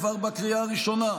עברה בקריאה הראשונה,